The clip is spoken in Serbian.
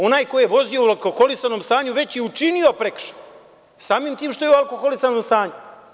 Onaj ko je vozio u alkoholisanom stanju već je učinio prekršaj samim tim što je u alkoholisanom stanju.